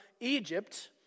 Egypt